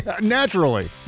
Naturally